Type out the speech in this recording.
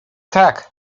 tak